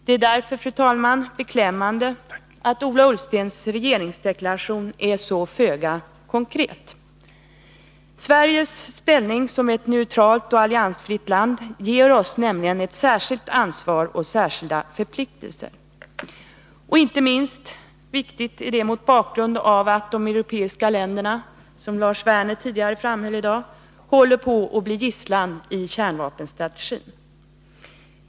Det är därför, fru talman, beklämmande att Ola Ullstens regeringsdeklaration är så föga konkret. Sveriges ställning som ett neutralt och alliansfritt land ger oss nämligen ett särskilt ansvar och särskilda förpliktelser. Inte minst viktigt är detta mot bakgrund av att de europeiska länderna, som Lars Werner framhöll tidigare i dag, håller på att bli gisslan i kärnvapenstrategin.